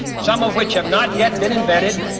some of which have not yet been invented,